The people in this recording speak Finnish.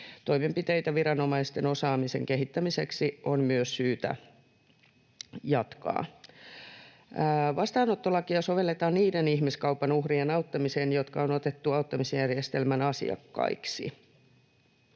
Toimenpiteitä viranomaisten osaamisen kehittämiseksi on myös syytä jatkaa. Vastaanottolakia sovelletaan niiden ihmiskaupan uhrien auttamiseen, jotka on otettu auttamisjärjestelmän asiakkaiksi.